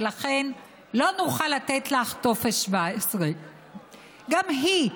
ולכן לא נוכל לתת לך טופס 17. גם היא,